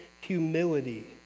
humility